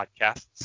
podcasts